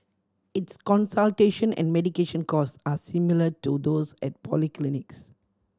its consultation and medication costs are similar to those at polyclinics